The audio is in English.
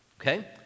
okay